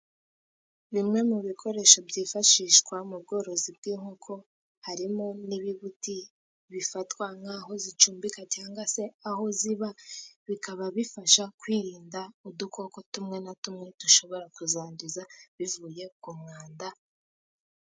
Bimwe mu bikoresho byifashishwa mu bworozi bw'inkoko, harimo n'ibibuti bifatwa nk'aho zicumbika cyangwa se aho ziba. Bikaba bifasha kwirinda udukoko tumwe na tumwe, dushobora kuzangiza bivuye ku mwanda.